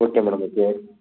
okay madam okay